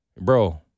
bro